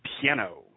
piano